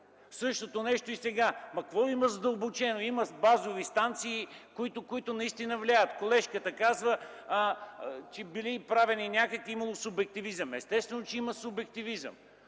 Същото нещо е и сега. Какво има задълбочено? Има базови станции, които наистина влияят. Колежката казва, че били правени някакви... Имало субективизъм. Естествено, че има субективизъм.